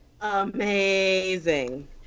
Amazing